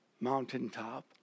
mountaintop